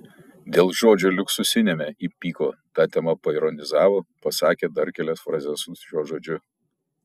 dėl žodžio liuksusiniame įpyko ta tema paironizavo pasakė dar kelias frazes su šiuo žodžiu